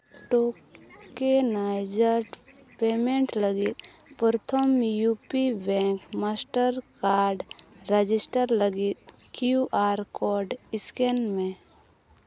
tokenized payment ᱞᱟᱹᱜᱤᱫ ᱯᱨᱚᱛᱷᱚᱢ U P bank master card register ᱞᱟᱹᱜᱤᱫ ᱠᱤᱭᱩ ᱟᱨ ᱠᱳᱰ ᱥᱠᱮᱱ ᱢᱮ